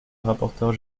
rapporteure